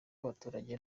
abaturage